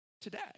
today